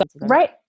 Right